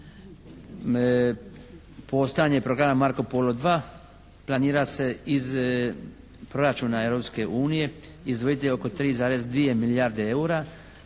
postojanje programa Marko Polo 2, planira se iz Proračuna Europske unije izdvojiti oko 3,2 milijarde EUR-a